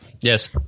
Yes